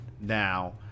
now